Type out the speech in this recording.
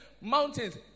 mountains